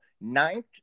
ninth